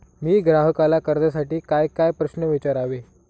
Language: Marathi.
मी ग्राहकाला कर्जासाठी कायकाय प्रश्न विचारावे?